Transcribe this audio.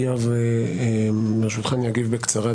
יואב, ברשותך אני אגיב בקצרה.